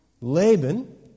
Laban